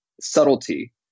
subtlety